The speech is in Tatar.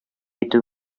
итү